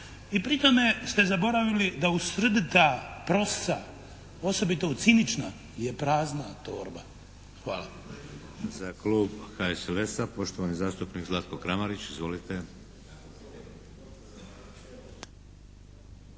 i pri tome ste zaboravili da u srdita prosca osobito u cinična je prazna torba. Hvala. **Šeks, Vladimir (HDZ)** Za Klub HSLS-a poštovani zastupnik Zlatko Kramarić. Izvolite!